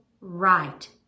right